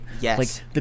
Yes